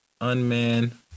unman